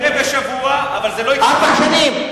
זה לא יקרה בשבוע, אבל, ארבע שנים.